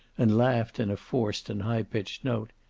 and laughed in a forced and high-pitched note.